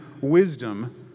wisdom